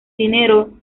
dinero